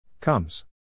Comes